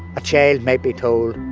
a child may be told,